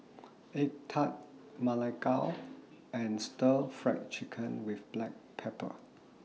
Egg Tart Ma Lai Gao and Stir Fry Chicken with Black Pepper